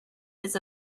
its